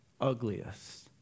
ugliest